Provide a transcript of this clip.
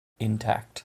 intact